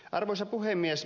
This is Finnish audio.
arvoisa puhemies